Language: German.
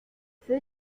für